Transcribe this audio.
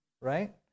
right